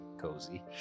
cozy